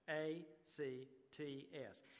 A-C-T-S